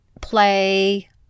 play